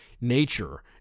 nature